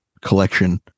collection